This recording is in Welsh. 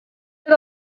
oedd